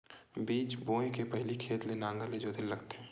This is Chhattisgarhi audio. बीज बोय के पहिली खेत ल नांगर से जोतेल लगथे?